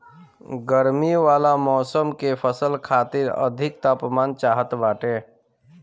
गरमी वाला मौसम के फसल खातिर अधिक तापमान चाहत बाटे